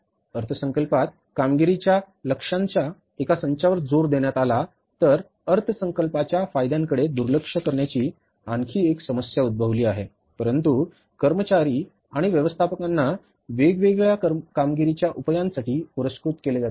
अर्थसंकल्पात कामगिरीच्या लक्ष्यांच्या एका संचावर जोर देण्यात आला तर अर्थसंकल्पाच्या फायद्यांकडे दुर्लक्ष करण्याची आणखी एक समस्या उद्भवली आहे परंतु कर्मचारी आणि व्यवस्थापकांना वेगवेगळ्या कामगिरीच्या उपायांसाठी पुरस्कृत केले जाते